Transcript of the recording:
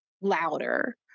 louder